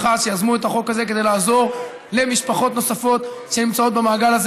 שיזמו את החוק הזה וליוו אותו לאורך כל הדרך.